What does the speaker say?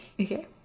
Okay